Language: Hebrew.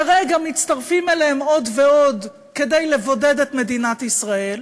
כרגע מצטרפים אליהם עוד ועוד כדי לבודד את מדינת ישראל,